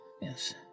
yes